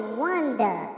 wonder